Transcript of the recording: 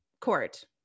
court